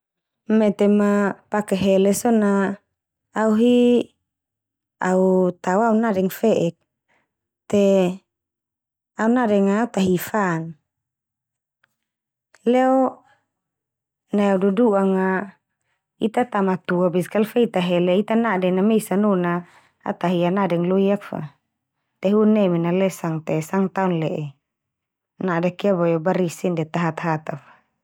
Mete ma pake hele so na au hi au tao a au nadeng fe'ek te au nadenga au ta hi fan. Leo nai au dudu'anga ita tamatua beska al fe ita hele ita naden mesan o na, au ta hi au nadeng loiak fa. Te hu nemen na leo sangte sanga taon le'e nadek ia boe o barisi ndia tahata-hata.